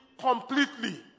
completely